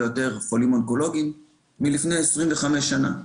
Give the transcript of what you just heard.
יותר חולים אונקולוגיים מלפני 25 שנה.